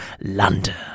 London